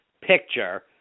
picture